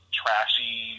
trashy